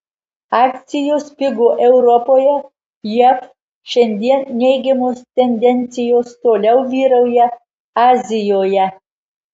akcijos pigo europoje jav šiandien neigiamos tendencijos toliau vyrauja azijoje